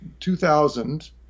2000